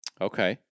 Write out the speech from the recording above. Okay